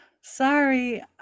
sorry